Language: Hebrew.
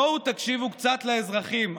בואו תקשיבו קצת לאזרחים.